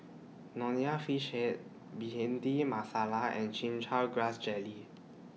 Nonya Fish Head Bhindi Masala and Chin Chow Grass Jelly